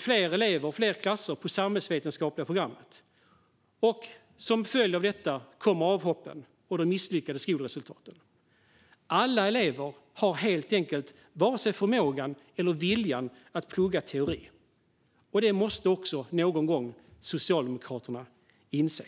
fler klasser ut på det samhällsvetenskapliga programmet. Som en följd av detta kommer avhoppen och de misslyckade skolresultaten. Alla elever har helt enkelt inte förmågan eller viljan att plugga teori. Det måste också Socialdemokraterna inse.